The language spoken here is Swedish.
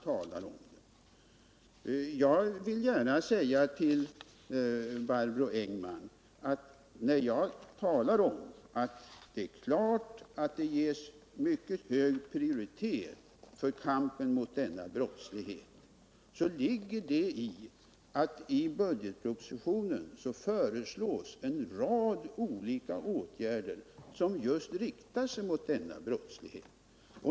Jag vill gärna säga till Barbro Engman-Nordin att när jag talar om att det är klart att kampen mot denna brottslighet ges mycket hög prioritet, så ligger däri att i budgetpropositionen föreslås en rad olika åtgärder som riktar sig just mot denna brottslighet.